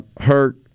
hurt